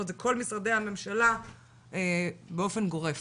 זאת אומרת זה כל משרדי הממשלה באופן גורף